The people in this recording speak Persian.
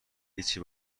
هیچی